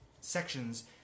sections